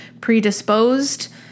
predisposed